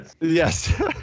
yes